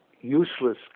useless